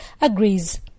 agrees